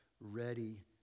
ready